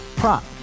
prop